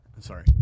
Sorry